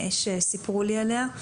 שסיפרו לי עליה,